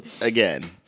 again